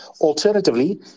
Alternatively